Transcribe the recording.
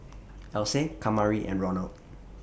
Else Kamari and Ronald